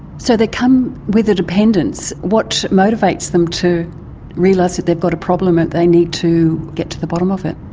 so they come with a dependence. what motivates them to realise that they've got a problem that they need to get to the bottom of it?